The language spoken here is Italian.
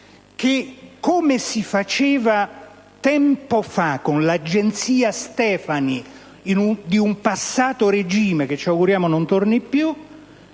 che, come si faceva tempo fa, con l'agenzia Stefani di un passato regime che ci auguriamo non torni più,